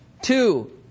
Two